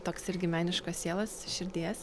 toks irgi meniškos sielos širdies